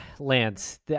Lance